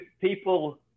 people